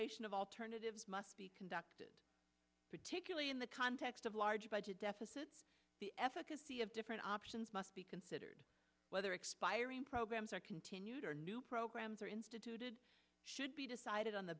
on of alternatives must be conducted particularly in the context of large budget deficits the efficacy of different options must be considered whether expiring programs or continued or new programs are instituted should be decided on the